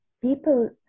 people